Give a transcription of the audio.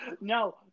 no